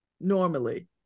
normally